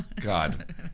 God